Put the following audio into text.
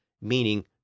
meaning